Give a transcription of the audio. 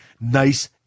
nice